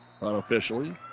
unofficially